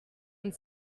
und